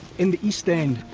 in the east end,